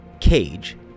Cage